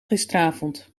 gisteravond